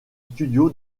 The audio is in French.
studio